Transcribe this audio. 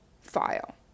file